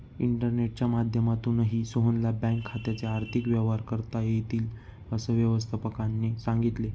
इंटरनेटच्या माध्यमातूनही सोहनला बँक खात्याचे आर्थिक व्यवहार करता येतील, असं व्यवस्थापकाने सांगितले